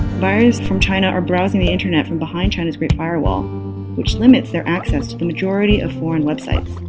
buyers from china are browsing the internet from behind china's great firewall which limits their access to the majority of foreign websites.